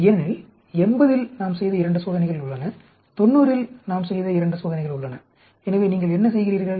ஏனெனில் 80 இல் நாம் செய்த 2 சோதனைகள் உள்ளன 90 இல் நாம் செய்த 2 சோதனைகள் உள்ளன எனவே நீங்கள் என்ன செய்கிறீர்கள்